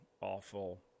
awful